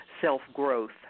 self-growth